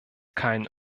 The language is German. kein